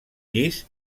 llis